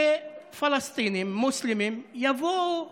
שפלסטינים מוסלמים יבואו